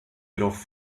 jedoch